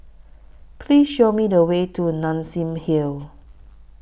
Please Show Me The Way to Nassim Hill